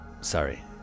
sorry